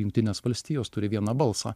jungtinės valstijos turi vieną balsą